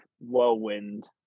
whirlwind